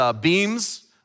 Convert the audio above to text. beams